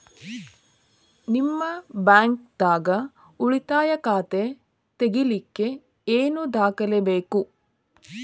ನಿಮ್ಮ ಬ್ಯಾಂಕ್ ದಾಗ್ ಉಳಿತಾಯ ಖಾತಾ ತೆಗಿಲಿಕ್ಕೆ ಏನ್ ದಾಖಲೆ ಬೇಕು?